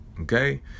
okay